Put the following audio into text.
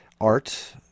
art